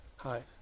Hi